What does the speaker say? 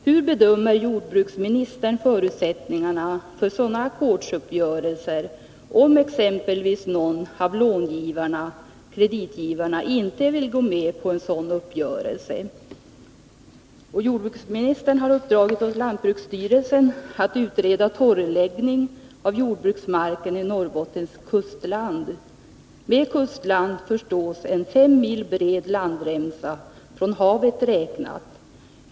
Hur bedömer jordbruksministern förutsättningarna för sådana ackordsuppgörelser om exempelvis någon av långivarna eller kreditgivarna inte vill gå med på en sådan uppgörelse? Jordbruksministern har uppdragit åt lantbruksstyrelsen att utreda torrläggning av jordbruksmarken i Norrbottens kustland. Med kustland förstås en fem mil bred landremsa från havet räknat.